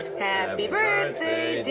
happy birthday